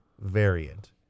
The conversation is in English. variant